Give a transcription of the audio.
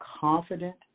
confident